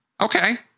Okay